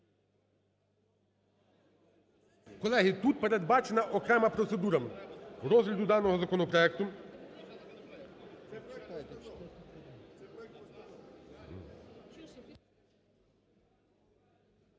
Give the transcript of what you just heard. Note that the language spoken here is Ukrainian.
Колеги, тут передбачена окрема процедура розгляду даного законопроекту.